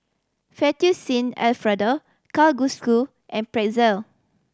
Fettuccine Alfredo Kalguksu and Pretzel